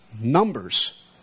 numbers